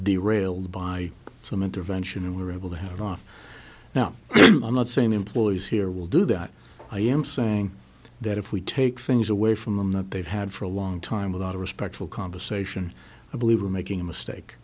the railed by some intervention and we were able to have off now i'm not saying employees here will do that i am saying that if we take things away from them that they've had for a long time without a respectful conversation i believe i'm making a mistake